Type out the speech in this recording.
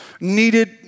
needed